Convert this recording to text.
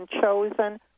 chosen